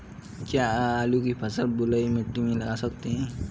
क्या आलू की फसल बलुई मिट्टी में लगा सकते हैं?